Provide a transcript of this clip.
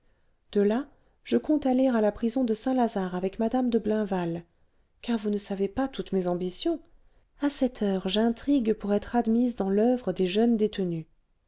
de là je compte aller à la prison de saint-lazare avec mme de blainval car vous ne savez pas toutes mes ambitions à cette heure j'intrigue pour être admise dans l'oeuvre des jeunes détenues